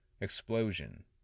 explosion